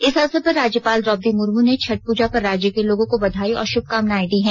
इस अवसर पर राज्यपाल द्रोपदी मुर्मू ने छठ पूजा पर राज्य के लोगों को बधाई और शभकामनाए दी है